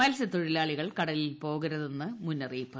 മത്സ്യത്തൊഴിലാളികൾ കടലിൽ പോകരുതെന്ന് മുന്നറിയിപ്പ്